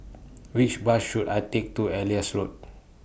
Which Bus should I Take to Elias Road